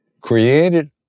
created